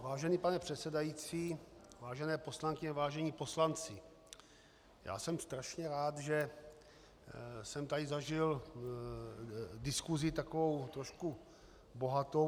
Vážený pane předsedající, vážené poslankyně, vážení poslanci, já jsem strašně rád, že jsem tady zažil diskusi takovou trošku bohatou.